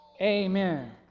amen